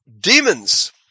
demons